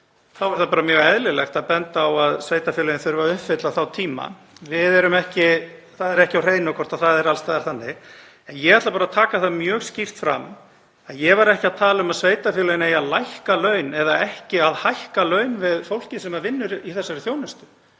þá er það bara mjög eðlilegt að benda á að sveitarfélögin þurfi að uppfylla þá tíma. Það er ekki á hreinu hvort það er alls staðar þannig. En ég ætla bara að taka það mjög skýrt fram að ég var ekki að tala um að sveitarfélögin eigi að lækka laun eða ekki að hækka laun við fólkið sem vinnur í þessari þjónustu.